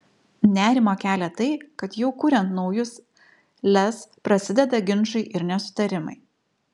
nerimą kelią tai kad jau kuriant naujus lez prasideda ginčai ir nesutarimai